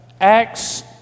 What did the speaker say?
Acts